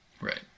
Right